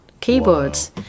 keyboards